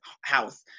house